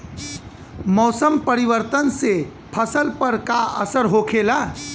मौसम परिवर्तन से फसल पर का असर होखेला?